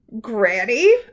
Granny